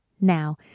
Now